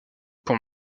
pour